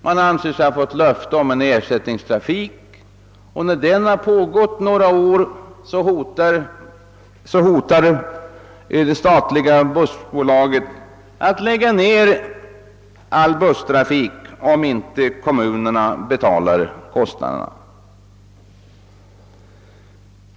Man anser sig ha fått löfte om ersättningstrafik, och när den har pågått några år hotar det statliga bussbolaget att lägga ned all busstrafik om inte kommunerna betalar kostnaderna.